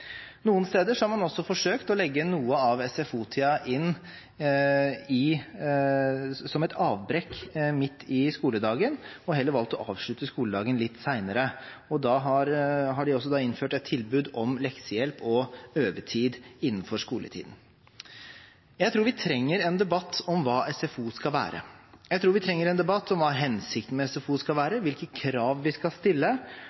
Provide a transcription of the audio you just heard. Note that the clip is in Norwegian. Noen steder har man også forsøkt å legge noe av SFO-tiden inn som et avbrekk midt i skoledagen og heller valgt å avslutte skoledagen litt senere. Da har de også innført et tilbud om leksehjelp og øvetid innenfor skoletiden. Jeg tror vi trenger en debatt om hva SFO skal være. Jeg tror vi trenger en debatt om hva hensikten med SFO skal